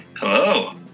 Hello